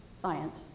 science